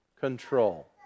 control